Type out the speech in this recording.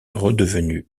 redevenue